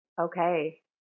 Okay